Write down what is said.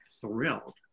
thrilled